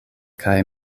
kaj